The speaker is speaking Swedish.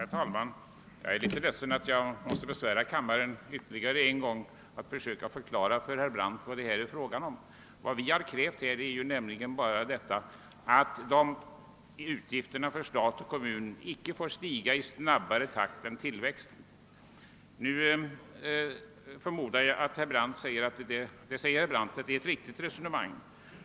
Herr talman! Jag är ledsen för att jag måste besvära kammaren ännu en gång och försöka förklara för herr Brandt vad det här gäller. Vad vi har krävt är bara att utgifterna för stat och kommun inte skall få stiga i snabbare takt än inkomsternas tillväxt. Det resonemanget håller herr Brandt också med om.